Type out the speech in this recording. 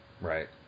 Right